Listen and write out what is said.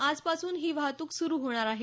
आजपासून ही वाहतूक सुरू होणार आहे